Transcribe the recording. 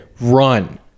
run